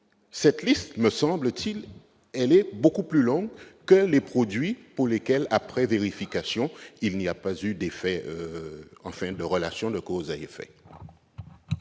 Cette liste est, me semble-t-il, beaucoup plus longue que celle des produits pour lesquels, après vérification, aucune relation de cause à effet